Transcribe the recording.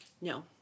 No